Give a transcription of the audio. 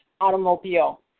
automobile